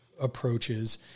approaches